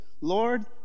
Lord